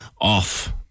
off